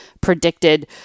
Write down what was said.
predicted